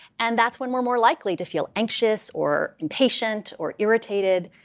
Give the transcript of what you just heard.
and that's when we're more likely to feel anxious, or impatient, or irritated.